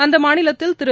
அந்த மாநிலத்தில் திரு